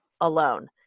alone